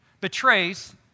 betrays